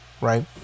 right